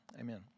Amen